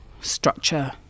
structure